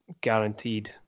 guaranteed